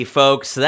folks